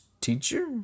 Teacher